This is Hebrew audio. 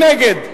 מי נגד?